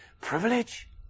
privilege